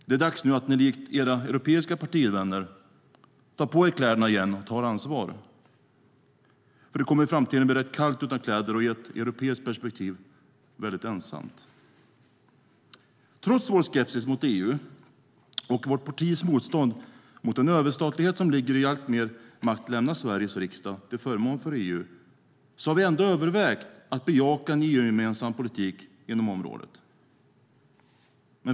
Det är dags för er att likt era europeiska partivänner ta på er kläderna igen och ta ansvar, för i framtiden kommer det att bli kallt utan kläder och i ett europeiskt perspektiv dessutom väldigt ensamt. Trots vår skepsis mot EU och vårt partis motstånd mot en överstatlighet som ligger i att alltmer makt lämnar Sveriges riksdag till förmån för EU har vi övervägt att bejaka en EU-gemensam politik på området.